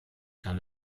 kann